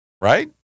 Right